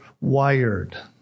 wired